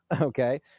Okay